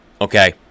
Okay